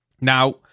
Now